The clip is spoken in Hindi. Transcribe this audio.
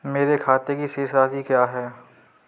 मेरे खाते की शेष राशि क्या है?